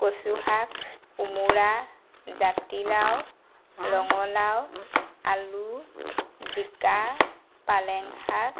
কচু শাক কোমোৰা জাতিলাও ৰঙালাও আলু জিকা পালেং শাক